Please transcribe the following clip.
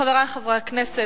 חברי חברי הכנסת,